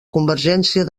convergència